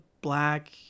black